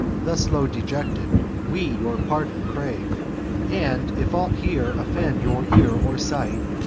thus low dejected, we your pardon crave and, if aught here offend your ear or sight,